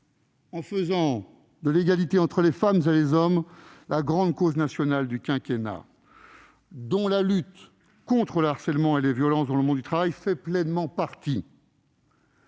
en faisant de l'égalité entre les femmes et les hommes la « grande cause nationale » du quinquennat, dont la lutte contre le harcèlement et les violences dans le monde du travail fait pleinement partie.